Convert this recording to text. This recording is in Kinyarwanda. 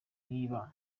niba